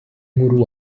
nkuru